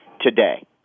today